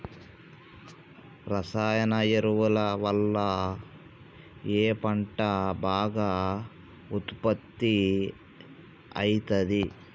రసాయన ఎరువుల వల్ల ఏ పంట బాగా ఉత్పత్తి అయితది?